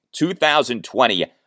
2020